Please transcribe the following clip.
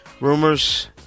rumors